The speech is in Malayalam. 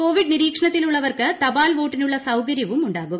കോവിഡ് നിരീക്ഷണത്തിൽ ഉള്ളവർക്ക് തപാൽ വോട്ടിനുള്ള സൌകര്യമുണ്ടാകും